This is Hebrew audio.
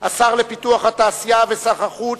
השר לפיתוח התעשייה וסחר חוץ,